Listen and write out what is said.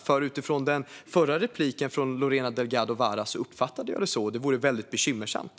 Utifrån den förra repliken från Lorena Delgado Varas uppfattade jag det så. Det vore bekymmersamt.